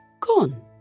gone